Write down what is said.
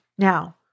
Now